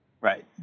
Right